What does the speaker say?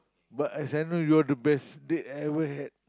but as I know you're the best date I ever had